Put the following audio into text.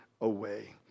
away